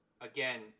Again